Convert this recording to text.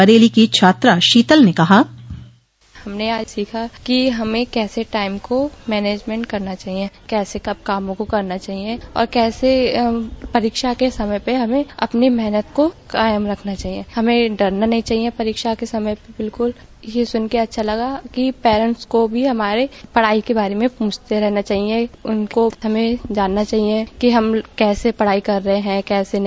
बरेली की छात्रा शीतल ने कहा बाइट हमने आज सीखा की हमे कैसे टाइम को मैनेजमेंट करना चाहिए कैसे कब कामों को करना चाहिए और कैसे परीक्षा के समय पर हमें अपनी मेहनत को कायम रखना चाहिए हमें डरना नहीं चाहिए परीक्षा के समय समय पर बिल्कुल यह सुनकर अच्छा लगा अच्छा लगा कि पैरंट्स को भी हमारे पढ़ाई के बारे में प्रछते रहना चाहिए उनको जानना चाहिए कि कैसे पढ़ाई कर रहे हैं कैसे नहीं